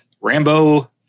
Rambo